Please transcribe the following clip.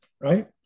right